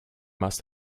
must